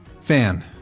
Fan